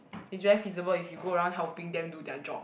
it's very feasible if you go around helping them do their job